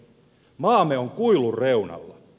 maamme on kuilun reunalla